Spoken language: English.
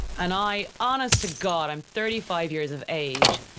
and i honest to god, i am thirty five years of age,